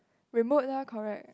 remote lah correct